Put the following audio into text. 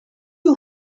you